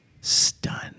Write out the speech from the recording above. stunned